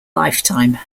lifetime